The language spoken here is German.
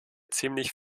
ziemlich